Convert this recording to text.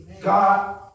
God